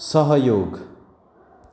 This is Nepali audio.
सहयोग